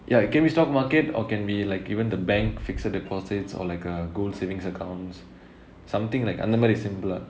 ya it can be stock market or can be like even the bank fixed deposits or like uh gold savings accounts something like அந்த மாதிரி:antha maathiri simple ah